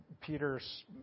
Peter's